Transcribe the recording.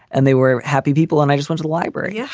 and they were happy people. and i just wanted a library yeah